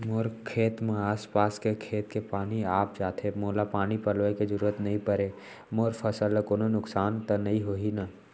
मोर खेत म आसपास के खेत के पानी आप जाथे, मोला पानी पलोय के जरूरत नई परे, मोर फसल ल कोनो नुकसान त नई होही न?